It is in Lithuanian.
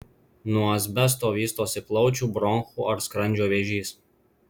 nuo asbesto vystosi plaučių bronchų ar skrandžio vėžys